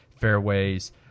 fairways